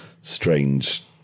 strange